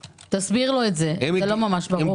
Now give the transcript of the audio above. תסביר לו את זה, זה לא ממש ברור.